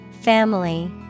Family